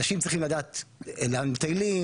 אנשים צריכים לדעת לאן מטיילים,